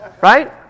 Right